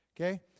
okay